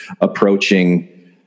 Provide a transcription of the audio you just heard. approaching